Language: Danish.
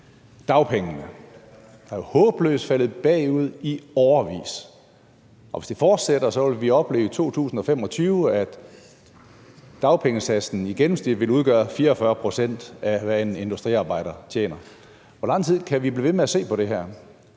Dagpengene er jo faldet håbløst bagud i årevis, og hvis det fortsætter, vil vi i 2025 opleve, at dagpengesatsen i gennemsnit vil udgøre 44 pct. af det, som en industriarbejder tjener. I hvor lang tid kan vi blive ved med at se på det her,